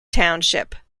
township